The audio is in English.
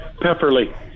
Pepperly